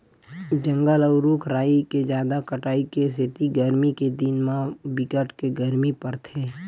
जंगल अउ रूख राई के जादा कटाई के सेती गरमी के दिन म बिकट के गरमी परथे